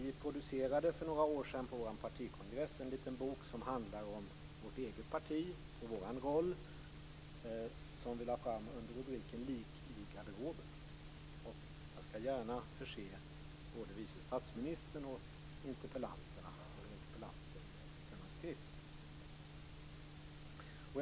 Vi producerade för några år sedan på vår partikongress en liten bok som handlar om vårt eget parti och vår roll under rubriken Lik i garderoben. Jag skall gärna förse både vice statsministern och interpellanten med denna skrift.